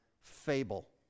fable